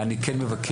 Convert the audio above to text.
אני כן מבקש,